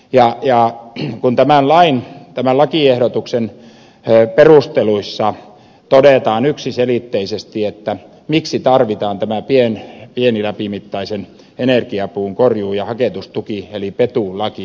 jalkoja kun tämä on lajin tämän lakiehdotuksen perusteluissa todetaan yksiselitteisesti miksi tarvitaan tämä pieniläpimittaisen energiapuun korjuu ja haketustuki eli petu laki